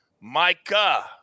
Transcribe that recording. Micah